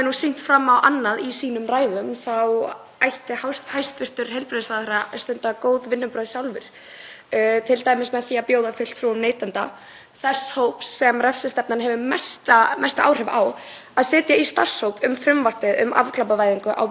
þess hóps sem refsistefnan hefur mest áhrif á, að sitja í starfshóp um frumvarp um afglæpavæðingu á vörslu neysluskammta vímuefna. Ef hæstv. ráðherra hyggst vinna þetta frumvarp sjálfur í stað þess að hleypa frumvarpi Pírata í gegn þá vona ég innilega að hann geri það vel.